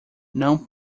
não